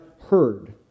heard